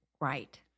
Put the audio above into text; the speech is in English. Right